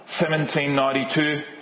1792